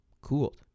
cooled